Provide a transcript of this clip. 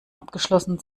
abgeschlossen